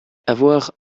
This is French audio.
avoir